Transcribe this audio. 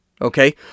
Okay